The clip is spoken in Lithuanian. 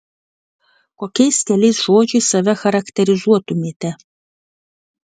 kokiais keliais žodžiais save charakterizuotumėte